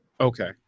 Okay